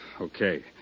Okay